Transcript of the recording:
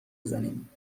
بزنیم